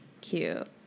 cute